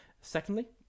Secondly